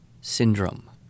syndrome